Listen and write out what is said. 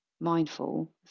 mindful